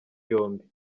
yombi